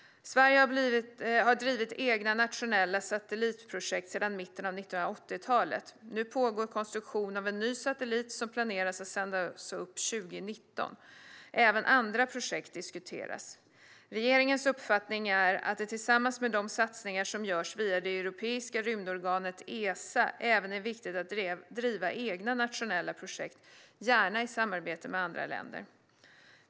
Sverige har drivit egna nationella satellitprojekt sedan mitten av 1980talet. Nu pågår konstruktion av en ny satellit som planeras att sändas upp 2019. Även andra projekt diskuteras. Regeringens uppfattning är att det tillsammans med de satsningar som görs via det europeiska rymdorganet Esa även är viktigt att driva egna nationella projekt, gärna i samarbete med andra länder.